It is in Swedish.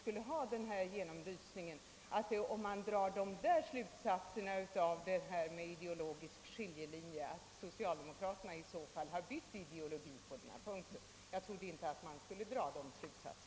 Om man då som herr Pettersson drar slutsatsen om en ideologisk skiljelinje, då är det bara att konstatera att socialdemokraterna i så fall har bytt ideologi på den här punkten. Men jag trodde inte att man skulle dra en sådan slutsats.